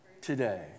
today